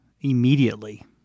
immediately